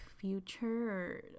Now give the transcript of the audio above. future